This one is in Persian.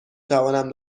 توانم